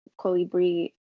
Colibri